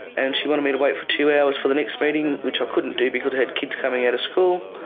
and she wanted me to wait for two hours for the next meeting which i couldn't do because i had kids coming out of school,